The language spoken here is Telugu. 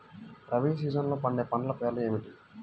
రబీ సీజన్లో పండే పంటల పేర్లు ఏమిటి?